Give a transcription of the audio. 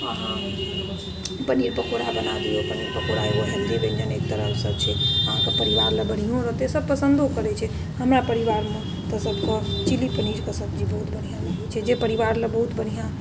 अहाँ पनीर पकौड़ा बना दिऔ पनीर पकौड़ा एगो हेल्दी व्यञ्जन एक तरहसँ छै अहाँके परिवारलए बढ़िआँ रहतै सब पसन्दो करै छै हमरा परिवारमे तऽ सबके चिली पनीरके सब्जी बहुत बढ़िआँ लागै छै जे परिवारलए बहुत बढ़िआँ छै